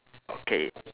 okay